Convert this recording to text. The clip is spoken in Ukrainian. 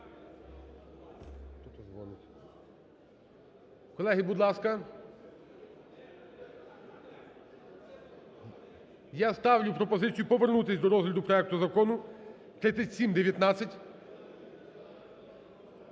Колеги, будь ласка. Я ставлю пропозицію повернутися до розгляду проекту Закону 3719.